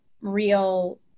real